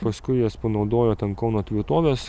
paskui jas panaudojo tam kauno tvirtovės